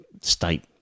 state